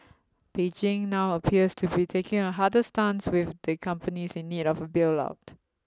Beijing now appears to be taking a harder stance with the companies in need of a bail out